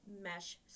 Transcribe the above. mesh